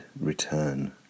return